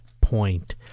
point